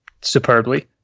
superbly